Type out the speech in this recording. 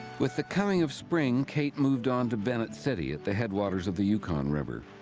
with the coming of spring, kate moved on to bennett city at the headwaters of the yukon river.